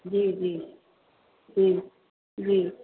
जी जी जी जी